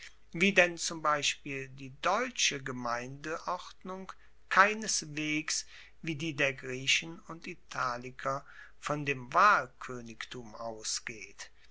wie denn zum beispiel die deutsche gemeindeordnung keineswegs wie die der griechen und italiker von dem wahlkoenigtum ausgeht